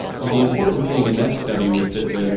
well, the important thing in that study was that the